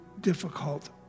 difficult